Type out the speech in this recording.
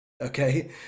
Okay